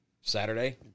Saturday